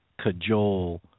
cajole